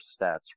stats